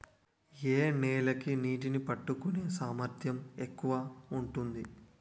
ఏ నేల కి నీటినీ పట్టుకునే సామర్థ్యం ఎక్కువ ఉంటుంది?